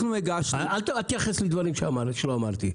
אל תתייחס אל דברים שלא אמרתי.